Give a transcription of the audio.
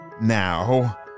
now